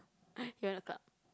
you want to club